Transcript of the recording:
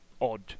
odd